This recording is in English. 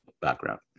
background